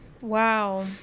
wow